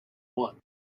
one